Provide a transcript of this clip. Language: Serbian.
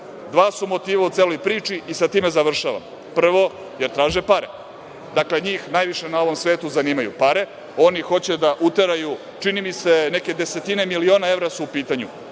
Dva su motiva u celoj priči i sa time završavam, prvo, jer traže pare. Dakle, njih najviše na ovom svetu zanimaju pare, oni hoće da uteraju, čini mi se neke desetine miliona evra su u pitanju,